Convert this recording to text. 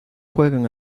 juegan